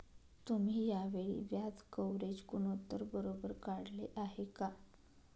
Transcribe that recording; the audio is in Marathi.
तुम्ही या वेळी व्याज कव्हरेज गुणोत्तर बरोबर काढले आहे का?